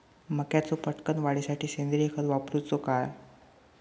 मक्याचो पटकन वाढीसाठी सेंद्रिय खत वापरूचो काय?